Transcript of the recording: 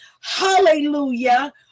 hallelujah